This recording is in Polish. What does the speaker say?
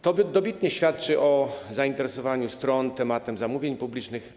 To dobitnie świadczy o zainteresowaniu stron tematem zamówień publicznych.